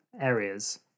areas